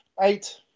eight